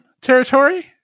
territory